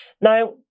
Now